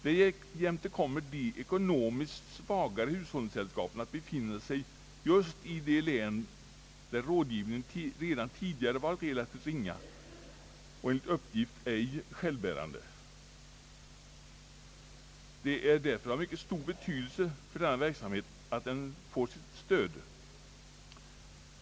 Därjämte kommer de ekonomiskt svagare hushållningssällskapen att befinna sig just i de län, där rådgivningen redan tidigare varit relativt ringa och enligt uppgift ej självbärande. Det är därför av stor betydelse för denna verksamhet att den får stöd.